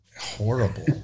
Horrible